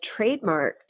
trademarked